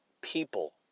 people